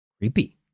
Creepy